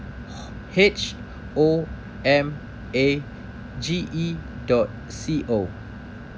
H_O_M_A_G_E dot C_O